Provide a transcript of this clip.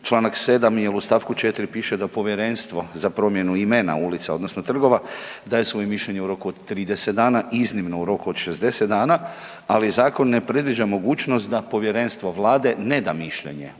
čl. 7 jer u st. 4 piše da Povjerenstvo za promjenu imena ulica, odnosno trgova, daje svoje mišljenje u roku od 30 dana, iznimno u roku od 60 dana, ali Zakon ne predviđa mogućnost da Povjerenstvo Vlade ne da mišljenje